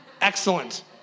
Excellent